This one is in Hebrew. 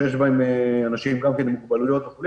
שיש בהם אנשים עם מוגבלויות וכולי.